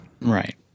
Right